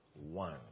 one